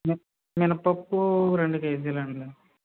మిన్ మినప్పప్పు రెండు కేజీలు అండి